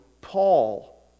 Paul